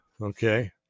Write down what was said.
okay